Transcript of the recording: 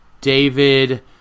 David